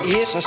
Yes